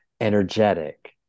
energetic